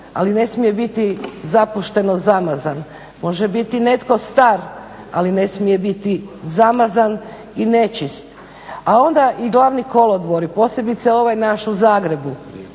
ali ne smije biti zapušteno zamazan. Može biti netko star, ali ne smije biti zamazan i nečist. A onda i glavni kolodvori, posebice ovaj naš u Zagrebu.